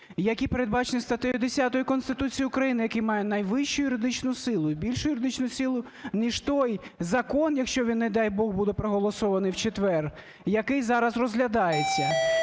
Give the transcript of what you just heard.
які передбачені статтею 10 Конституції України, яка має найвищу юридичну силу і більшу юридичну силу ніж той закон, якщо він, не дай Бог, буде проголосований в четвер, який зараз розглядається.